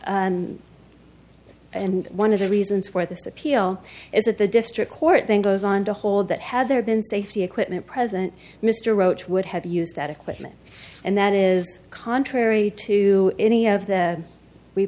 and one of the reasons for this appeal is that the district court then goes on to hold that had there been safety equipment present mr roach would have used that equipment and that is contrary to any of the we